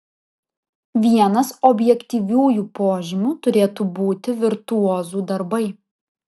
vienas objektyviųjų požymių turėtų būti virtuozų darbai